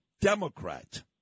Democrat